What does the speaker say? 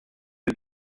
use